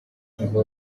ngo